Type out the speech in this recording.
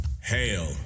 Hail